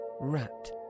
rat